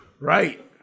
right